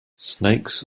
snakes